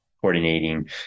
coordinating